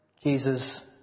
Jesus